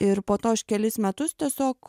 ir po to aš kelis metus tiesiog